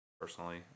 personally